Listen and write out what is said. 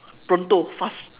pronto fast